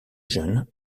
jeune